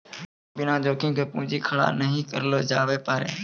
बिना जोखिम के पूंजी खड़ा नहि करलो जावै पारै